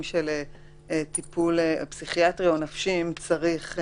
של טיפול פסיכיאטרי או נפשי אם צריך.